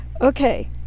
Okay